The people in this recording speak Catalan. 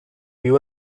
viu